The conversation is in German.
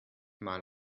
mal